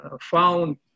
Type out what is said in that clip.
found